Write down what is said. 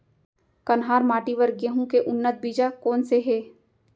कन्हार माटी बर गेहूँ के उन्नत बीजा कोन से हे?